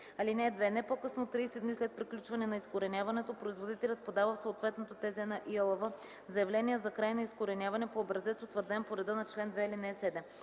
(2) Не по-късно от 30 дни след приключване на изкореняването производителят подава в съответното ТЗ на ИАЛВ заявление за край на изкореняване по образец, утвърден по реда на чл. 2, ал. 7.